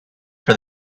for